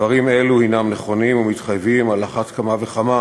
דברים אלו הם נכונים ומתחייבים על אחת כמה וכמה